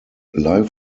live